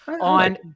on